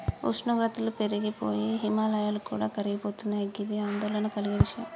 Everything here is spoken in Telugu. ఉష్ణోగ్రతలు పెరిగి పోయి హిమాయాలు కూడా కరిగిపోతున్నయి గిది ఆందోళన కలిగే విషయం